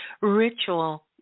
ritual